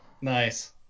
Nice